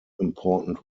important